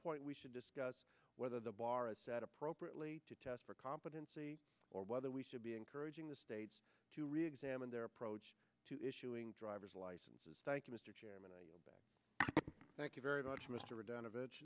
point we should discuss whether the bar is set appropriately to test for competency or whether we should be encouraging the states to reexamine their approach to issuing driver's licenses thank you mr chairman thank you very much mr don